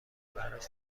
براش